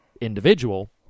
individual